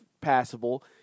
passable